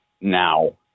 now